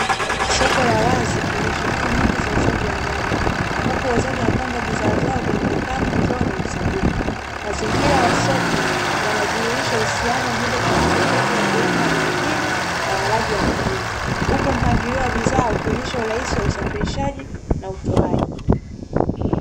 Soko la wazi lenye shughuli nyingi za uuzaji wa nyanya, ambapo wauzaji wamepanga bidhaa zao kwenye vikapu, ndoo, na masanduku. Mazingira ya soko yanadhihirisha uhusiano wa moja kwa moja kati ya wakulima wa vijijini na walaji wa mijini huku mpangilio wa bidhaa ukionyesha urahisi wa usafirishaji na utoaji.